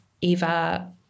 Eva